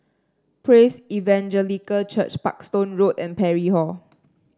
Praise Evangelical Church Parkstone Road and Parry Hall